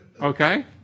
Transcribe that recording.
Okay